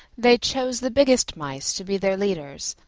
they chose the biggest mice to be their leaders,